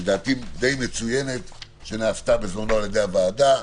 לדעתי די מצוינת, שנעשתה בזמנו על יד הוועדה.